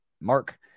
mark